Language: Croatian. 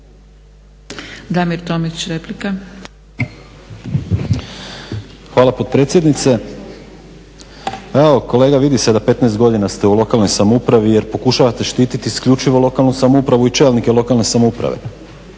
Damir (SDP)** Hvala potpredsjednice. Evo, kolega, vidi se da 15 godina ste u lokalnoj samoupravi jer pokušavate štiti isključivo lokalnu samoupravu i čelnike lokalne samouprave.